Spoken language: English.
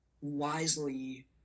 wisely